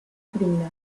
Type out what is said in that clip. criminal